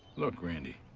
look, randy.